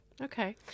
Okay